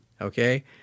okay